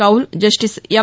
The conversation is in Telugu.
కౌల్ జస్టిస్ ఎం